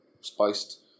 spiced